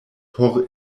por